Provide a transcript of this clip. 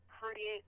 create